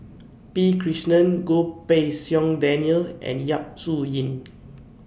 P Krishnan Goh Pei Siong Daniel and Yap Su Yin